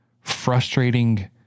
frustrating